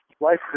life